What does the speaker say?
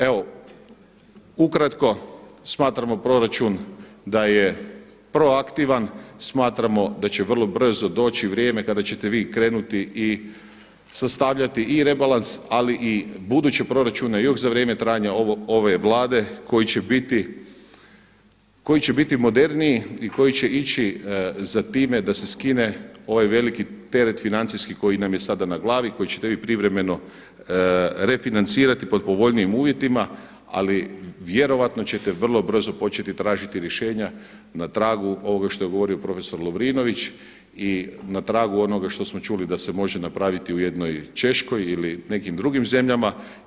Evo ukratko, smatramo proračun da je proaktivan, smatramo da će vrlo brzo doći vrijeme kada ćete vi krenuti i sastavljati i rebalans, ali i buduće proračune još za vrijeme trajanja ove Vlade koji će biti moderniji i koji će ići za time da se skine ovaj veliki teret financijski koji nam je sada na glavi, koji ćete vi privremeno refinancirati pod povoljnijim uvjetima, ali vjerojatno ćete vrlo brzo početi tražiti rješenja na tragu ovoga što je govorio profesor Lovrinović i na tragu onoga što smo čuli sa se može napraviti u jednoj Češkoj ili nekim drugim zemljama.